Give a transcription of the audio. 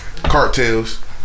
Cartels